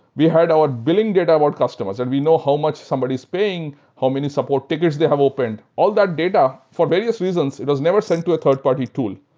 we had our billing data about customers and we know how much somebody is paying. how many support tickers they have open. all that data for, various reasons, it was never sent to a third-party tool.